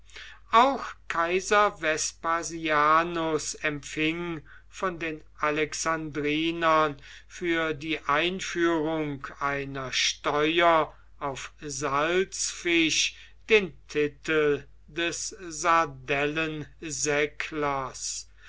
auch kaiser vespasianus empfing von den alexandrinern für die einführung einer steuer auf salzfisch den titel des